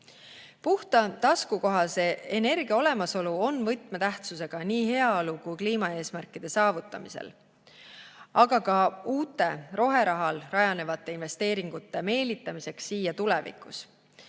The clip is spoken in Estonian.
taskukohase energia olemasolu on võtmetähtsusega nii heaolu kui kliimaeesmärkide saavutamisel, aga ka uute roherahal rajanevate investeeringute meelitamiseks siia tulevikus.